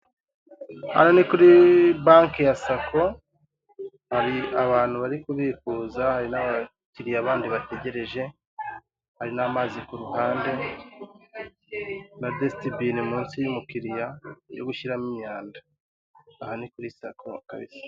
Aha ni kuri banke ya SACCO hari abantu bari kubikuza, hari n'abakiriya bandi bategereje, hari n'amazi ku ruhande na disiti bine munsi y'umukiriya yo gushyiramo imyanda, aha ni kuri SACCO nk'uko bisa.